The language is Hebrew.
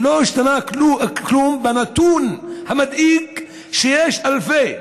לא השתנה כלום בנתון המדאיג שיש אלפי,